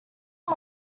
are